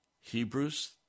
Hebrews